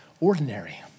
ordinary